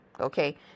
okay